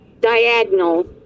Diagonal